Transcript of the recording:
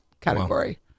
category